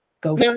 go